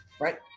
right